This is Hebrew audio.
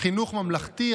חינוך ממלכתי,